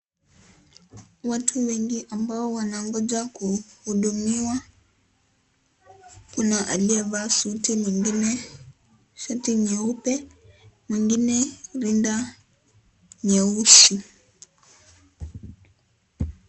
Watu wengi ambao wanangoja kuhudumiwa. Kuna aliyevaa suti, mwingine shati nyeupe, mwingine rinda nyeusi.